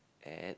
at